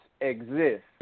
exist